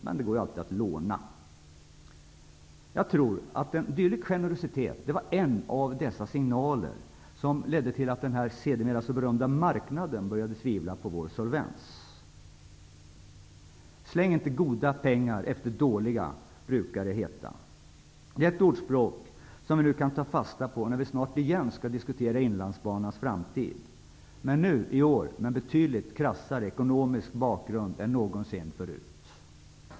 Men det går ju alltid att låna. Jag tror att en dylik generositet var en av dessa signaler som ledde till att den sedermera så berömda marknaden började tvivla på vår solvens. Släng inte goda pengar efter dåliga, brukar det heta. Det är ett ordspråk som vi kan ta fasta på när vi snart igen skall diskutera Inlandsbanans framtid. Men i år får diskussionen en betydligt krassare ekonomisk bakgrund än någonsin förut.